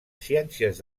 ciències